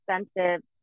expensive